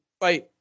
Bye